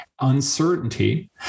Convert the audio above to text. uncertainty